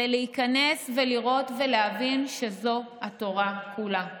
זה להיכנס ולראות להבין שזאת התורה כולה.